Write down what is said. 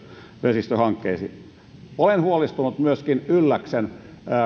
vesistöhankkeisiin olen huolestunut myöskin ylläksen